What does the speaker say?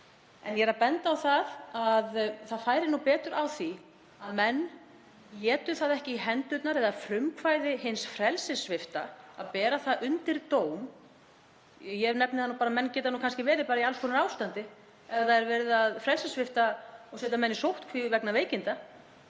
En ég er að benda á að það færi betur á því að menn létu það ekki í hendurnar eða frumkvæði hins frelsissvipta að bera það undir dóm — ég nefni það bara að menn geta verið í alls konar ástandi ef það er verið að frelsissvipta og setja menn í sóttkví vegna veikinda